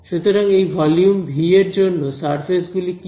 সুতরাং এই volume V এর জন্য সারফেস গুলি কি